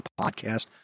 podcast